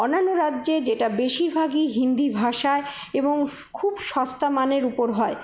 অন্যান্য রাজ্যে যেটা বেশীরভাগই হিন্দি ভাষায় এবং খুব সস্তা মানের উপর হয়